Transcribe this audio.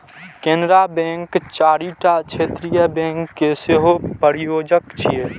Canara bank चारिटा क्षेत्रीय bank के सेहो प्रायोजक छियै